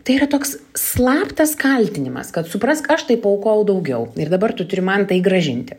tai yra toks slaptas kaltinimas kad suprask aš tai paaukojau daugiau ir dabar tu turi man tai grąžinti